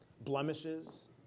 blemishes